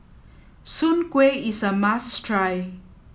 soon kway is a must try